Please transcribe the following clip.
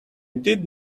did